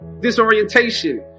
disorientation